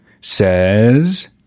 says